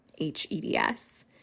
HEDS